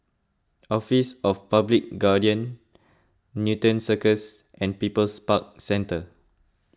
Office of the Public Guardian Newton Circus and People's Park Centre